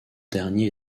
dernier